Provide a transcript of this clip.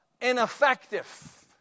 ineffective